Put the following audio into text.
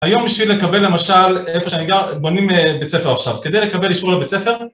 היום בשביל לקבל למשל איפה שאני גר, בונים בית ספר עכשיו, כדי לקבל אישור לבית ספר